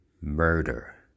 murder